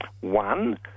One